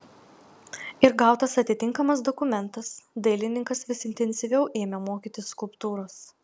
ir gautas atitinkamas dokumentas dailininkas vis intensyviau ėmė mokytis skulptūros